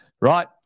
right